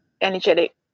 energetic